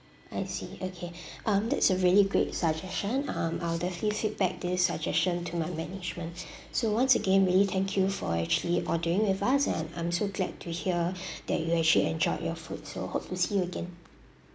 I see okay um that's a really great suggestion um I will definitely feedback this suggestion to my management so once again really thank you for actually ordering with us and I'm so glad to hear that you actually enjoy your food so hope to see you again